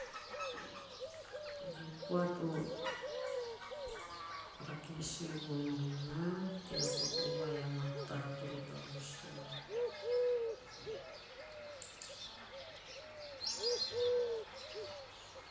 Eve koa to rake sue vonom naa. tea popo vai a mataa toro tavasu.